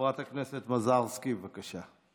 חברת הכנסת מזרסקי, בבקשה.